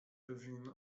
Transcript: pewien